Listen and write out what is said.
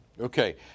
Okay